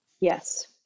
Yes